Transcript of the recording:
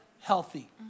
healthy